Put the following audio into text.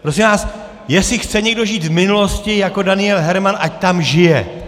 Prosím vás, jestli chce někdo žít v minulosti jako Daniel Herman, ať tam žije.